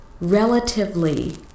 relatively